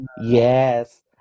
yes